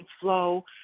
flow